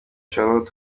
charlotte